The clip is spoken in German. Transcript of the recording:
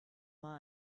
mal